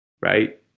right